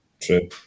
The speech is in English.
True